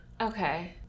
Okay